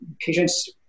Patients